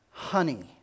honey